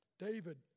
David